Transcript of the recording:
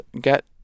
get